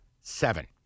seven